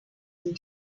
and